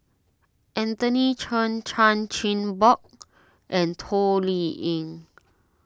Anthony Chen Chan Chin Bock and Toh Liying